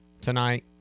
tonight